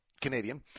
Canadian